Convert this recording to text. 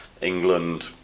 England